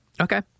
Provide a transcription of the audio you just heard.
Okay